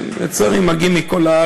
אתחיל לקרוא פה לסדר.